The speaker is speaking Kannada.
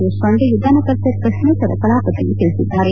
ದೇಶಪಾಡೆ ವಿಧಾನಪರಿಷತ್ ಪ್ರಶ್ನೋತ್ತರ ಕಲಾಪದಲ್ಲಿ ತಿಳಿಸಿದ್ದಾರೆ